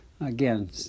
again